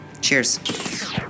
Cheers